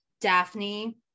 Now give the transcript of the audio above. Daphne